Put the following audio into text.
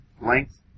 length